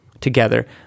together